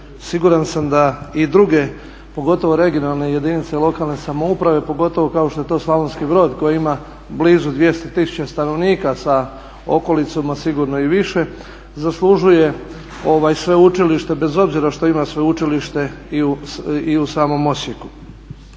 siguran sam da i druge pogotovo regionalne jedinice lokalne samouprave, pogotovo kao što je to Slavonski Brod koji ima blizu 200 tisuća stanovnika sa okolicom, a sigurno i više zaslužuje sveučilište bez obzira što ima sveučilište i u samom Osijeku.